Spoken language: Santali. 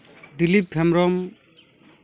ᱫᱤᱞᱤᱯ ᱦᱮᱢᱵᱽᱨᱚᱢ